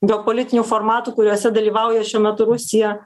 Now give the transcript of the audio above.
geopolitinių formatų kuriuose dalyvauja šiuo metu rusija